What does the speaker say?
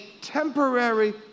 temporary